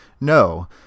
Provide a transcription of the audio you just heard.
no